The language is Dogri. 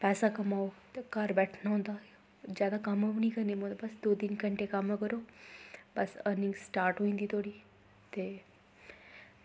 पैसा कमाओ ते घर बैठना होंदा जादा कम्म बी निं करना पौंदा बस दो तिन्न घैंटे कम्म करो बस अर्निंग स्टार्ट होई जंदी थुआढ़ी ते